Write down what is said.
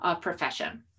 profession